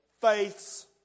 Faith's